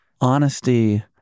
honesty